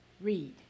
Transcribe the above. Read